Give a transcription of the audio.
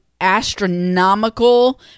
astronomical